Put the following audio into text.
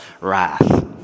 wrath